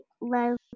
love